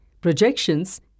projections